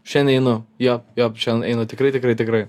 šiandien einu jo jo šian einu tikrai tikrai tikrai